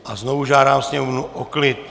A znovu žádám sněmovnu o klid.